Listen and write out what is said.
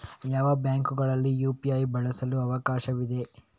ಯಾವ ಬ್ಯಾಂಕುಗಳಲ್ಲಿ ಯು.ಪಿ.ಐ ಬಳಸಲು ಅವಕಾಶವಿದೆ?